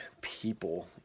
people